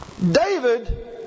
David